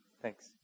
Thanks